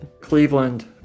Cleveland